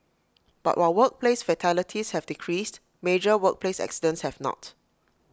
but while workplace fatalities have decreased major workplace accidents have not